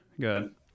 good